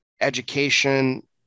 education